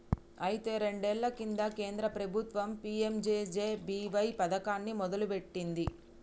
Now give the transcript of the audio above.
అయితే రెండేళ్ల కింద కేంద్ర ప్రభుత్వం పీ.ఎం.జే.జే.బి.వై పథకాన్ని మొదలుపెట్టింది